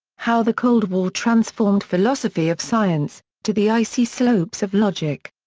how the cold war transformed philosophy of science to the icy slopes of logic.